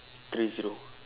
three zero